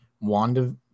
Wanda